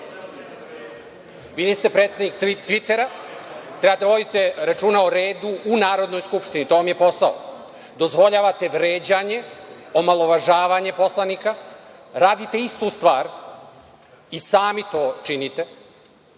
vi niste predsednik Tvitera. Trebate da vodite računa o redu u Narodnoj skupštini, to vam je posao. Dozvoljavate vređanje, omalovažavanje poslanika, radite istu stvar i sami to činite.